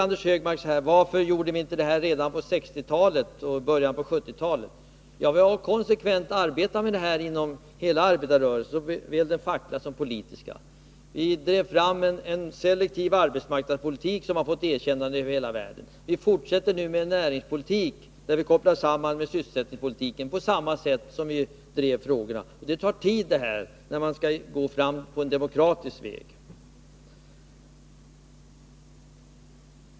Anders Högmark frågade varför vi inte gjorde detta redan på 1960-talet eller i början av 1970-talet. Vi har konsekvent arbetat med dessa frågor inom hela arbetarrörelsen, såväl den fackliga som den politiska. Vi drev fram en selektiv arbetsmarknadspolitik, som man nu i hela världen fått ge sitt erkännande. Vi fortsätter med en näringspolitik, där sysselsättningspolitiken kopplas in på samma sätt som när vi drev arbetsmarknadspolitiska frågor. Men det tar tid när man skall gå fram på en demokratisk väg.